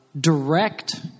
direct